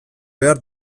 behar